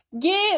Give